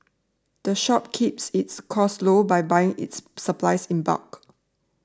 the shop keeps its costs low by buying its supplies in bulk